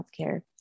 Healthcare